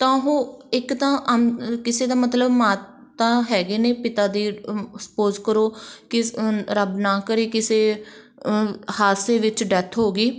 ਤਾਂ ਉਹ ਇੱਕ ਤਾਂ ਅਮ ਅ ਕਿਸੇ ਦਾ ਮਤਲਬ ਮਾਤਾ ਹੈਗੇ ਨੇ ਪਿਤਾ ਦੀ ਸਪੋਜ਼ ਕਰੋ ਕਿ ਰੱਬ ਨਾ ਕਰੇ ਕਿਸੇ ਹਾਦਸੇ ਵਿੱਚ ਡੈੱਥ ਹੋ ਗਈ